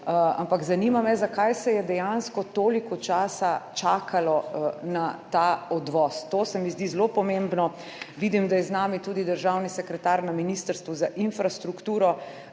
ampak zanima me, zakaj se je dejansko toliko časa čakalo na ta odvoz. To se mi zdi zelo pomembno. Vidim, da je z nami tudi državni sekretar na Ministrstvu za infrastrukturo.